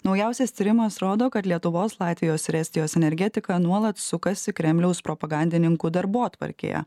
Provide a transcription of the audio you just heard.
naujausias tyrimas rodo kad lietuvos latvijos ir estijos energetika nuolat sukasi kremliaus propagandininkų darbotvarkėje